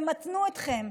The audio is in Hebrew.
ימתנו אתכם?